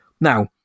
now